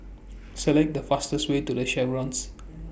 Select The fastest Way to The Chevrons